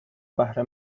بهره